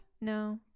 No